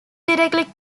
directly